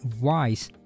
wise